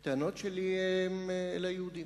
הטענות שלי הן אל היהודים,